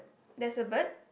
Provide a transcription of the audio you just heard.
there's a bird